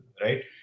right